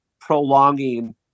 prolonging